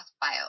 bio